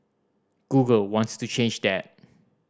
Google wants to change that